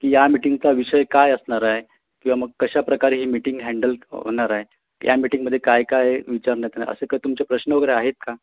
की या मिटींगचा विषय काय असणार आहे किंवा मग कशाप्रकारे ही मिटींग हँडल होणार आहे या मिटींगमध्ये काय काय विचारण्यात असे काय तुमचे प्रश्न वगैरे आहेत का